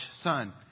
son